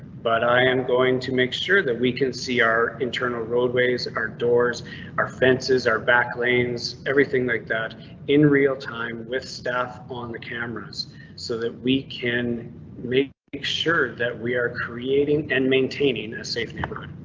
but i am going to make sure that we can see our internal roadways are doors are fences are back lanes. everything like that in real time with staff on the cameras so that we can make make sure that we are creating. and maintaining a safe mode.